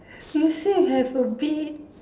he say have a bit